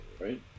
right